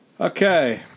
Okay